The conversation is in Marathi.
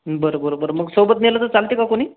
बरं बरं बरं मग सोबत नेलं तर चालते का कोणी